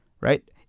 right